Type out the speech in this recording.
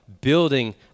building